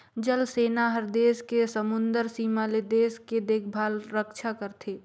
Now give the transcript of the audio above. जल सेना हर देस के समुदरर सीमा ले देश के देखभाल रक्छा करथे